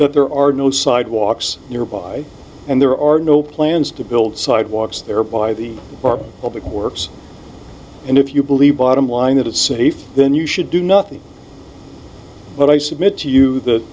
that there are no sidewalks nearby and there are no plans to build sidewalks there by the or public works and if you believe bottom line that is safe then you should do nothing but i submit to you th